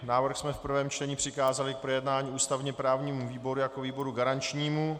Návrh jsme v prvním čtení přikázali k projednání ústavněprávnímu výboru jako výboru garančnímu.